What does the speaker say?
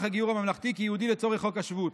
הגיור הממלכתי כיהודי לצורך חוק השבות,